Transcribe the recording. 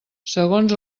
segons